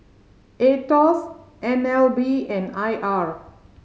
Aetos N L B and I R